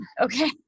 Okay